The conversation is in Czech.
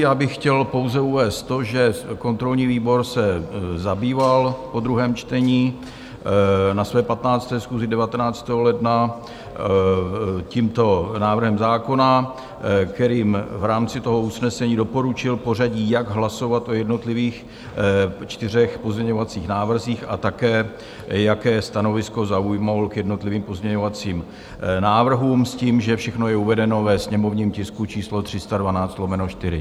Já bych chtěl pouze uvést to, že kontrolní výbor se zabýval po druhém čtení na své 15. schůzi 19. ledna tímto návrhem zákona, kterým v rámci usnesení doporučil pořadí, jak hlasovat o jednotlivých čtyřech pozměňovacích návrzích, a také jaké stanovisko zaujal k jednotlivým pozměňovacím návrhům s tím, že všechno je uvedeno ve sněmovním tisku číslo 312/4.